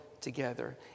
together